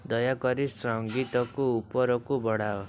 ଦୟାକରି ସଂଗୀତକୁ ଉପରକୁ ବଢ଼ାଅ